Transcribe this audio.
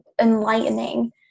enlightening